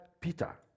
Peter